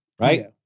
right